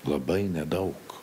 labai nedaug